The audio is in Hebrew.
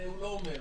הוא לא אומר,